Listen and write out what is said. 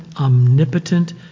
omnipotent